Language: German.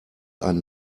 ein